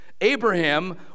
Abraham